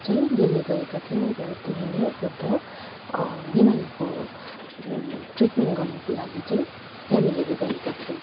चाहिँ दिल्ली गएका थियौँ र त्यही नै एउटा बिमारीको ट्रिटमेन्ट गर्नको लागि चाहिँ फेमिलीहरू गएका थियौँ